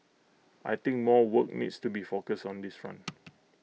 I think more work needs to be focused on this front